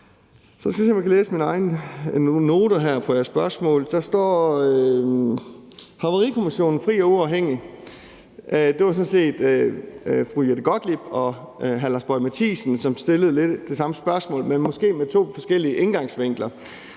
Så kan jeg læse mine egne noter her om jeres spørgsmål. Der står: Havarikommissionen fri og uafhængig. Det var sådan set fru Jette Gottlieb og hr. Lars Boje Mathiesen, som stillede lidt det samme spørgsmål, men måske med to forskellige indgangsvinkler.